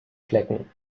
flecken